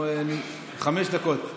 חמש דקות.